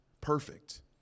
perfect